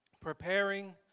preparing